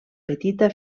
petita